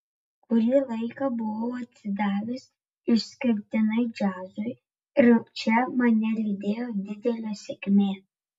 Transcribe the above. kurį laiką buvau atsidavęs išskirtinai džiazui ir čia mane lydėjo didelė sėkmė